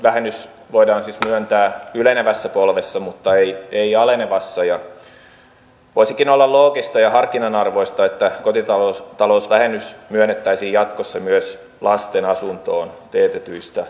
kotitalousvähennys voidaan siis myöntää ylenevässä polvessa mutta ei alenevassa ja voisikin olla loogista ja harkinnan arvoista että kotitalousvähennys myönnettäisiin jatkossa myös lasten asuntoon teetetyistä remonteista